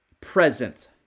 present